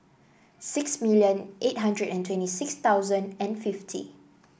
six million eight hundred and twenty six thousand and fifty